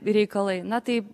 reikalai na tai